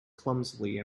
clumsily